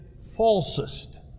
falsest